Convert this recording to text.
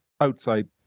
outside